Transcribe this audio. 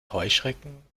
heuschrecken